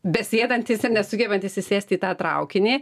besėdantys ir nesugebantys įsėsti į tą traukinį